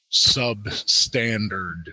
substandard